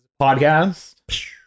podcast